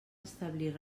establir